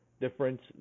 difference